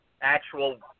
actual